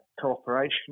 cooperation